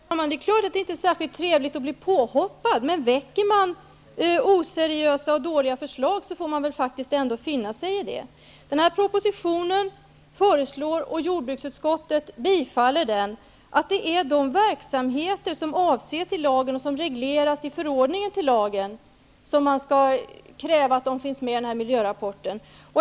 Herr talman! Det är klart att det inte är särskilt trevligt att bli påhoppad, men om man väcker oseriösa och dåliga förslag får man faktiskt finna sig i det. I den här propositionen, som jordbruksutskottet tillstyrker, föreslås att det är de verksamheter som avses i lagen och som regleras i förordningen till lagen som skall finnas med i miljörapporten.